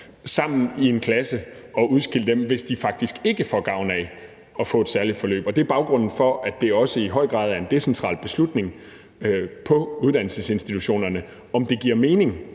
sammen i en klasse og udskille dem, hvis de faktisk ikke får gavn af at få et særligt forløb. Det er baggrunden for, at det i høj grad også er en decentral beslutning på uddannelsesinstitutionerne at vurdere, om det giver mening